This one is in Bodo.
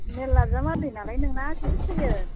मेरला बिजामादै नालाय नोंना जि फैयो